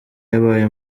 yabaye